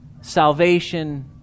salvation